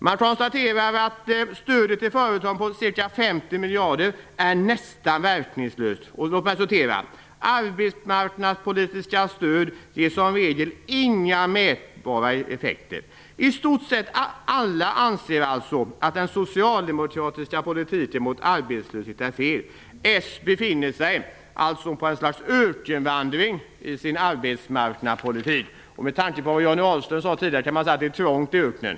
Man konstaterar att stödet till företag på ca 50 miljarder är nästan verkningslöst och säger: Arbetsmarknadspolitiska stöd ger som regel inga mätbara effekter. I stort sett alla anser alltså att den socialdemokratiska politiken riktad mot arbetslösheten är fel. Socialdemokraterna befinner sig på ett slags ökenvandring i sin arbetsmarknadspolitik. Med tanke på vad Johnny Ahlqvist sade tidigare kan man säga att det är trångt i öknen.